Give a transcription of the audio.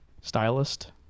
stylist